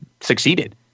succeeded